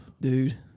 dude